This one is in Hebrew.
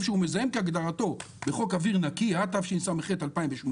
מזהם כהגדרתו בחוק אוויר נקי התשס"ח-2008,